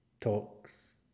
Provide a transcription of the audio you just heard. talks